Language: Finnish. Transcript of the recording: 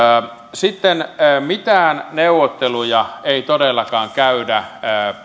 sitten mitään neuvotteluja ei todellakaan käydä